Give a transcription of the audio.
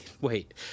wait